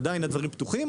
עדיין הדברים פתוחים,